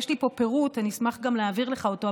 יש לי פה פירוט ואשמח גם להעביר לך אותו,